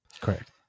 Correct